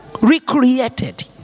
recreated